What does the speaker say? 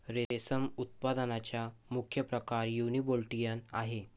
रेशम उत्पादनाचा मुख्य प्रकार युनिबोल्टिन आहे